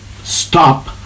stop